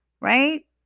right